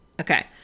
Okay